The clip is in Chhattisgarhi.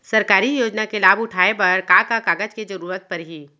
सरकारी योजना के लाभ उठाए बर का का कागज के जरूरत परही